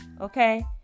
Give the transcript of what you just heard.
okay